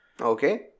Okay